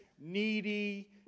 needy